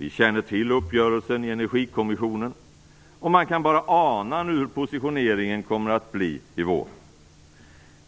Vi känner till uppgörelsen i energikommissionen, och man kan nu bara ana hur positioneringen kommer att bli i vår.